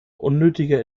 unnötiger